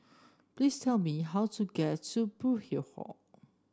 please tell me how to get to Burkill Hall